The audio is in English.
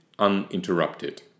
uninterrupted